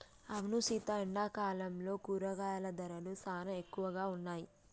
అవును సీత ఎండాకాలంలో కూరగాయల ధరలు సానా ఎక్కువగా ఉన్నాయి